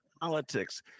politics